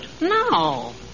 No